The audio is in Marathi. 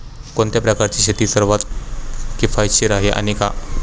कोणत्या प्रकारची शेती सर्वात किफायतशीर आहे आणि का?